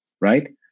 right